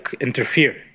interfere